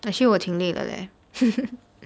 actually 我听力了 leh